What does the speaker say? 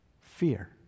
fear